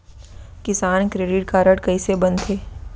किसान credit card कइसे बनथे?